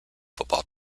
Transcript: football